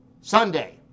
Sunday